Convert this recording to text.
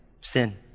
sin